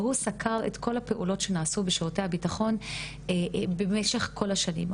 והוא סקר את כל הפעילויות שנעשו בשירות הביטחון במשך כל השנים.